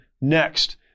next